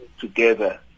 together